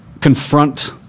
confront